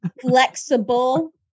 flexible